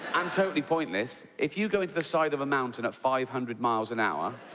and totally pointless, if you go into the side of a mountain at five hundred miles an hour,